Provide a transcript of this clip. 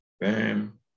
Bam